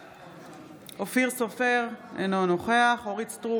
בעד אופיר סופר, אינו נוכח אורית מלכה סטרוק,